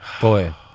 Boy